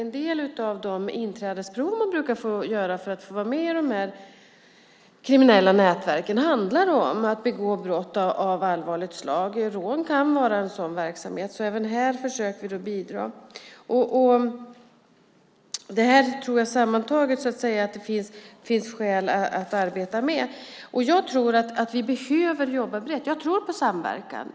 En del av de inträdesprov man brukar få göra för att få vara med i de här kriminella nätverken handlar om att begå brott av allvarligt slag. Rån kan vara en sådan verksamhet, så även här försöker vi bidra. Jag tror att det finns skäl att arbeta med detta. Jag tror att vi behöver jobba brett. Jag tror på samverkan.